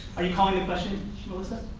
are you calling to question melissa?